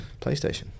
PlayStation